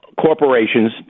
corporations